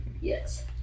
Yes